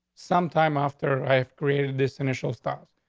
sometime after i've created this initial stars.